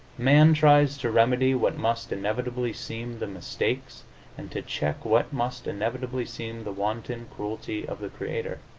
man tries to remedy what must inevitably seem the mistakes and to check what must inevitably seem the wanton cruelty of the creator.